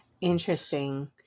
Interesting